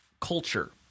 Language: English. culture